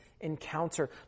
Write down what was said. encounter